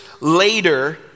later